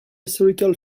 historical